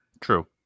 True